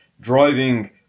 driving